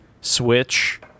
Switch